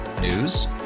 News